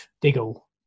Diggle